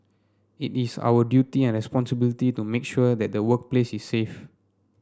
it is our duty and responsibility to make sure that the workplace is safe